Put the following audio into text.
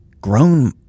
grown